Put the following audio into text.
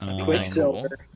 Quicksilver